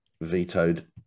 vetoed